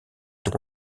des